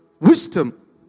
Wisdom